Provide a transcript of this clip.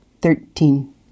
Thirteen